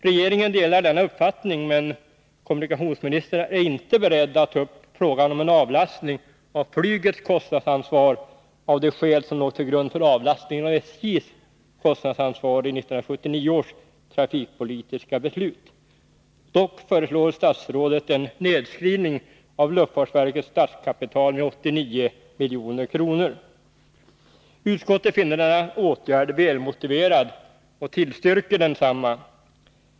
Regeringen delar denna uppfattning, men kommunikationsministern är inte beredd att ta upp frågan om en avlastning av flygets kostnadsansvar av de skäl som låg till grund för avlastningen av SJ:s kostnadsansvar i 1979 års trafikpolitiska beslut. Dock föreslår statsrådet en nedskrivning av luftfartsverkets statskapital med 89 milj.kr. Utskottet finner denna åtgärd välmotiverad och tillstyrker densamma.